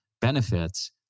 benefits